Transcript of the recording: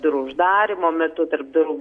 durų uždarymo metu tarp durų